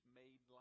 made